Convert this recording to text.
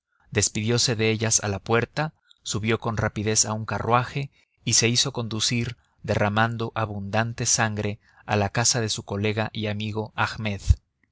despidiose de ellas a la puerta subió con rapidez a un carruaje y se hizo conducir derramando abundante sangre a casa de su colega y amigo ahmed